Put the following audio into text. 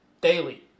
daily